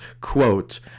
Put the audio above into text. quote